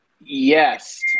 Yes